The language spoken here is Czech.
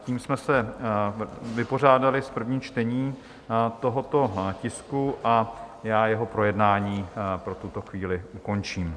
Tím jsme se vypořádali s prvním čtením tohoto tisku a já jeho projednání pro tuto chvíli ukončím.